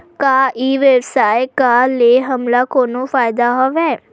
का ई व्यवसाय का ले हमला कोनो फ़ायदा हवय?